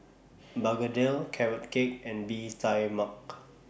Begedil Carrot Cake and Bee Tai Mak